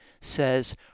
says